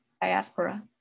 Diaspora